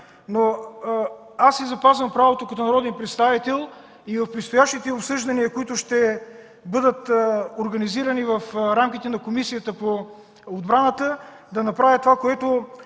но си запазвам правото като народен представител в предстоящите обсъждания, които ще бъдат организирани в рамките на Комисията по отбраната, да направя това, което